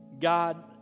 God